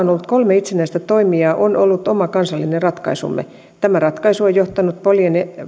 on ollut kolme itsenäistä toimijaa on ollut oma kansallinen ratkaisumme tämä ratkaisu on